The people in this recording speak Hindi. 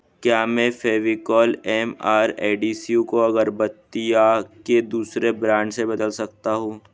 क्या मैं फ़ेविकॉल एम आर एडहेसिव को अगरबत्तियाँ के दूसरे ब्रांड से बदल सकता हूँ